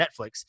Netflix